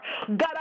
God